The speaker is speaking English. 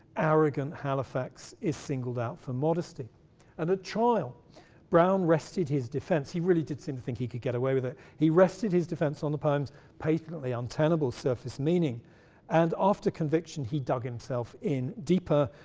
arrogant halifax is singled out for modesty and at trial brown rested his defence he really did seem to think he could get away with it he rested his defence on the poems patiently untenable surface meaning and after conviction he dug himself in deeper,